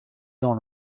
dans